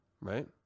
right